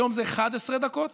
היום זה 11 דקות.